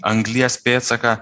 anglies pėdsaką